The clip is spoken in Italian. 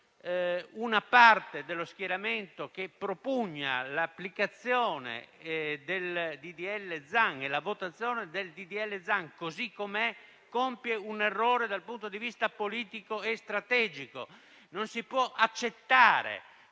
una parte dello schieramento, che propugna l'applicazione del disegno di legge Zan così com'è, compie un errore dal punto di vista politico e strategico. Non si può accettare